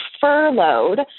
furloughed